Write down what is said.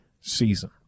season